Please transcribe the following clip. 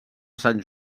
sant